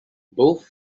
both